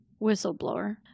whistleblower